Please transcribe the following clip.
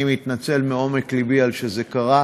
אני מתנצל מעומק לבי על שזה קרה,